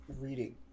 reading